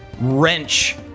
wrench